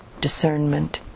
discernment